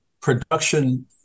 production